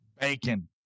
Bacon